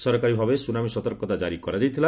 ସରକାରୀ ଭାବେ ସ୍ତନାମୀ ସତର୍କତା କାରୀ କରାଯାଇଥିଲା